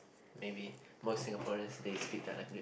maybe most Singaporeans they speak their language